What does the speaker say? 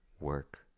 work